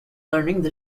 learning